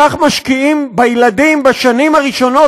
כך משקיעים בילדים בשנים הראשונות,